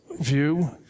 view